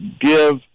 give